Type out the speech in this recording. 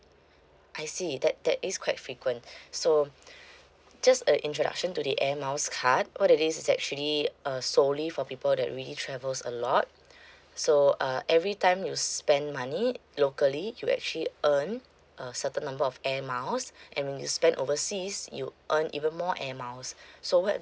I see that that is quite frequent so just a introduction to the air miles card what it is is actually uh solely for people that really travels a lot so uh every time you spend money locally you actually earn a certain number of air miles and you spend overseas you earn even more air miles so what